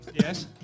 Yes